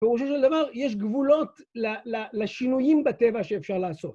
פירושו של דבר, יש גבולות לשינויים בטבע שאפשר לעשות.